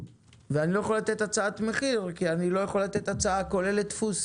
ואני לא יכול לתת הצעת מחיר כי אני לא יכול לתת הצעה כוללת דפוס